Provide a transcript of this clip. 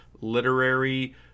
literary